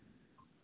हॅं